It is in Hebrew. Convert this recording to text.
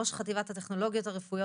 ראש חטיבת הטכנולוגיות הרפואיות,